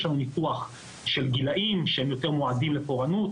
יש לנו ניתוח של גילים שהם יותר מועדים לפורענות,